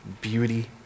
beauty